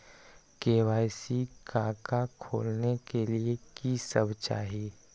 KYC का का खोलने के लिए कि सब चाहिए?